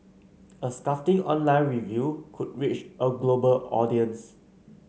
a scathing online review could reach a global audience